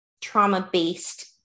trauma-based